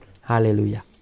Hallelujah